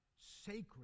sacred